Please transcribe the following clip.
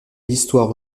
l’histoire